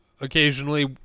occasionally